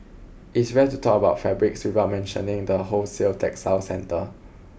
it is rare to talk about fabrics without mentioning the wholesale textile centre